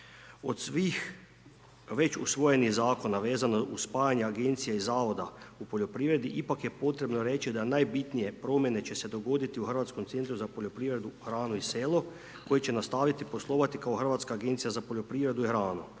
Od svih već usvojenih zakona vezano uz spajanja agencije i zavoda u poljoprivredi, ipak je potrebno reći, da najbitnije promjene će se dogoditi u Hrvatskom centru za poljoprivredu, hranu i selu, koji će nastaviti poslovati kao Hrvatska agencija za poljoprivredu i hranu,